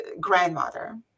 grandmother